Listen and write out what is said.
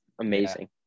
amazing